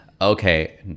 okay